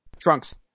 Trunks